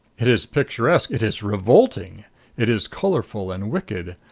it is picturesque it is revolting it is colorful and wicked.